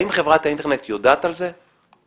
האם חברת האינטרנט יודעת על זה?